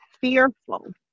fearful